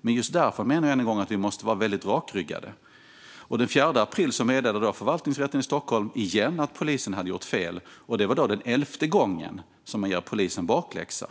Men just därför menar jag att vi måste vara rakryggade. Den 4 april meddelade Förvaltningsrätten i Stockholm igen att polisen hade gjort fel. Detta var den elfte gången polisen fick bakläxa.